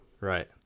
Right